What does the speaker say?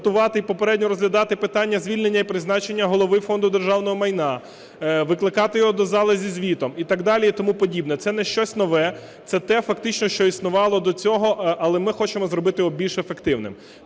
попередньо розглядати питання звільнення і призначення Голови Фонду державного майна, викликати його до зали зі звітом і так далі, і тому подібне. Це не щось нове. Це те фактично, що існувало до цього, але ми хочемо зробити його більш ефективним.